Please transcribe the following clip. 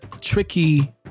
tricky